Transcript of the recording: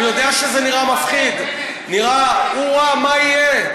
אני יודע שזה נראה מפחיד, נראה: אוה, מה יהיה?